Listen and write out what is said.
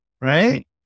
right